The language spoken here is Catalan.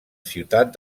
ciutat